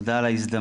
תודה על ההזדמנות.